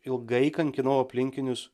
ilgai kankinau aplinkinius